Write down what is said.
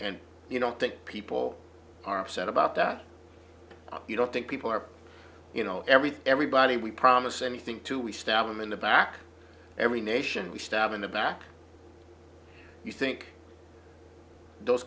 and you don't think people are upset about that you don't think people are you know everything everybody we promise anything to we stab them in the back every nation we stab in the back you think those